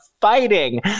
fighting